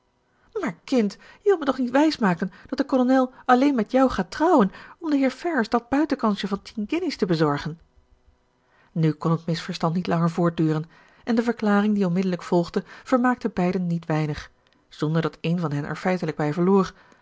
maar kind je wilt me toch niet wijsmaken dat de kolonel alleen met jou gaat trouwen om den heer ferrars dat buitenkansje van tien guineas te bezorgen nu kon het misverstand niet langer voortduren en de verklaring die onmiddellijk volgde vermaakte beiden niet weinig zonder dat een van hen er feitelijk bij verloor